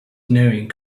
knowing